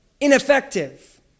ineffective